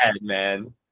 man